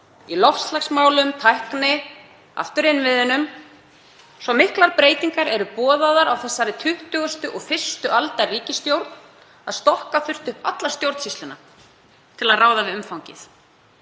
í loftslagsmálum og tækni — aftur innviðunum. Svo miklar breytingar eru boðaðar af þessari 21. aldar ríkisstjórn að stokka þurfti upp alla stjórnsýsluna til að ráða við umfangið.